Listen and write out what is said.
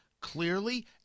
clearly